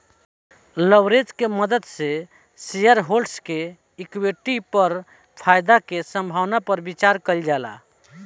leverage के मदद से शेयरहोल्डर्स के इक्विटी पर फायदा के संभावना पर विचार कइल जाला